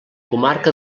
comarca